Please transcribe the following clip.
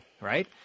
right